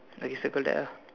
okay circle that ah